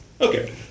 Okay